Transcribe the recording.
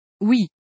Oui